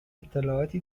اطلاعاتی